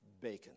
bacon